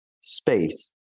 space